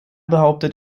behauptet